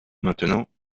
maintenant